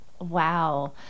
Wow